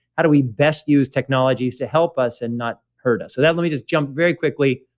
how do we best use technologies to help us and not hurt us? let let me just jump very quickly.